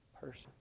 person